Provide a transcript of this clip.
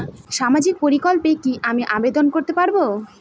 সামাজিক প্রকল্পে কি আমি আবেদন করতে পারবো?